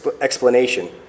explanation